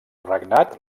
regnat